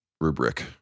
Rubric